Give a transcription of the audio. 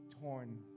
torn